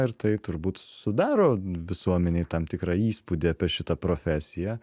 ir tai turbūt sudaro visuomenei tam tikrą įspūdį apie šitą profesiją